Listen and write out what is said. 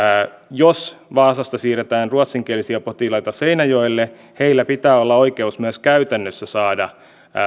jos vaasasta siirretään ruotsinkielisiä potilaita seinäjoelle heillä pitää olla oikeus myös käytännössä saada